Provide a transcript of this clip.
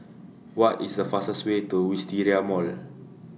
What IS The fastest Way to Wisteria Mall